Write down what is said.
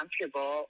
comfortable